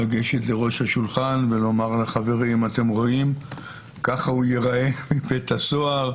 לגשת לראש השולחן ולומר לחברים: ככה הוא ייראה בבית הסוהר,